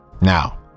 Now